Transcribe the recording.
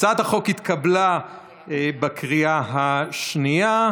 הצעת החוק התקבלה בקריאה השנייה.